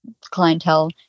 clientele